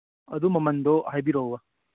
ꯑꯗꯨ ꯃꯃꯟꯗꯨ ꯍꯥꯏꯕꯤꯔꯛꯎꯕ